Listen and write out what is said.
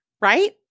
Right